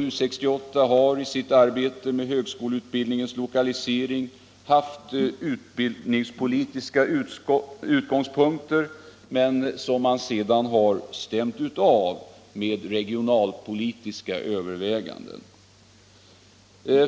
U 68 har i sitt arbete med högskoleutbildningens lokalisering haft utbildningspolitiska utgångspunkter som emellertid sedan stämts av med regionalpolitiska överväganden.